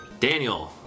Daniel